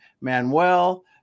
Manuel